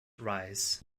reis